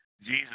Jesus